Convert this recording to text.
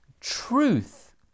truth